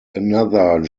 another